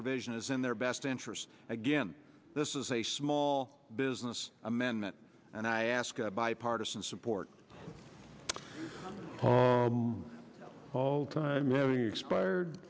provision is in their best interest again this is a small business amendment and i ask bipartisan support all time having expired